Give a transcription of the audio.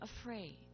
afraid